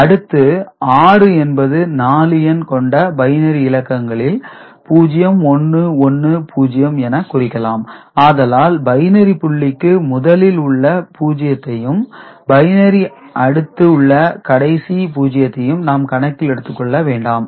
அடுத்து 6 என்பது 4 எண் கொண்ட பைனரி இலக்கங்களில் 0110 என குறிக்கலாம் ஆதலால் பைனரி புள்ளிக்கு முதலில் உள்ள 0 வையும் பைனரி அடுத்து உள்ள கடைசி 0 வையும் நாம் கணக்கில் எடுத்துக் கொள்ள வேண்டாம்